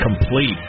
complete